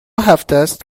هفتست